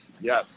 yes